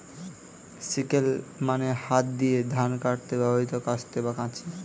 sickle মানে হাত দিয়ে ধান কাটতে ব্যবহৃত কাস্তে বা কাঁচি